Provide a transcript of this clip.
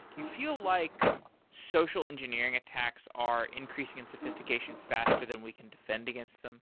you feel like social engineering attacks are increasing in sophistication faster than we can defend against them?